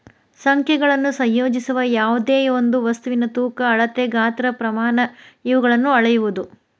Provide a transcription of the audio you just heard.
ಸಂಖ್ಯೆಗಳನ್ನು ಸಂಯೋಜಿಸುವ ಯಾವ್ದೆಯೊಂದು ವಸ್ತುವಿನ ತೂಕ ಅಳತೆ ಗಾತ್ರ ಪ್ರಮಾಣ ಇವುಗಳನ್ನು ಅಳೆಯುವುದು